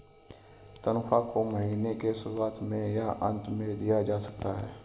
तन्ख्वाह को महीने के शुरुआत में या अन्त में दिया जा सकता है